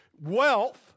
wealth